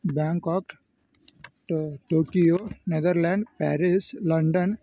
Bangkok Tokyo Netherlands Paris London